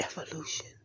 Evolution